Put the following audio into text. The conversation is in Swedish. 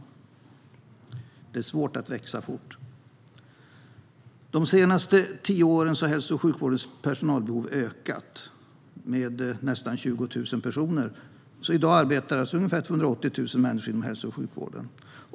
Det är svårt att växa fort. De senaste tio åren har hälso och sjukvårdens personalbehov ökat med nästan 20 000 personer. I dag arbetar alltså ungefär 280 000 människor inom hälso och sjukvården.